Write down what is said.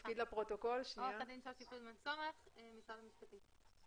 עורכת דין שושי פרידמן סומך ממשרד המשפטים,